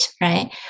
right